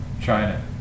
China